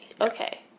Okay